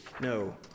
no